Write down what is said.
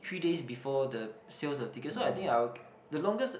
three days before the sales of ticket so I think I will the longest